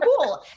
cool